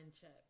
check